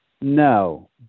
No